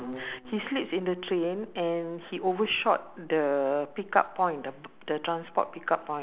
e~ uh either the market is closed or they washing lah what or not much lah